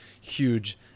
huge